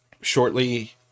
shortly